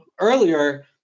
earlier